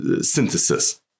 synthesis